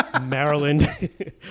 Maryland